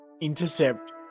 intercept